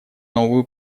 новую